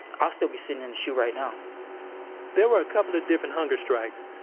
ah still be sittin' in the shu right now there were a couple of different hunger strikes,